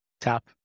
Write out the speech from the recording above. tap